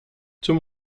zum